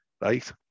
Right